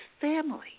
family